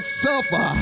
suffer